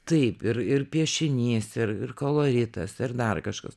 taip ir ir piešinys ir ir koloritas ir dar kažkas